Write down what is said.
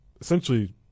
essentially